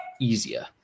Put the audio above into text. easier